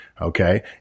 Okay